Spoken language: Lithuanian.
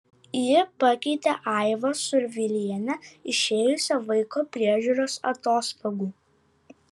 ji pakeitė aivą survilienę išėjusią vaiko priežiūros atostogų